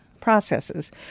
processes